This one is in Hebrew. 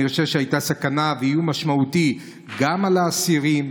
הייתה סכנה והיה איום משמעותי גם על האסירים,